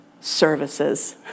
Services